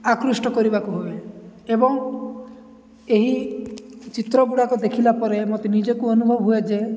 ଆକୃଷ୍ଟ କରିବାକୁ ହୁଏ ଏବଂ ଏହି ଚିତ୍ର ଗୁଡ଼ାକ ଦେଖିଲା ପରେ ମୋତେ ନିଜକୁ ଅନୁଭବ ହୁଏ ଯେ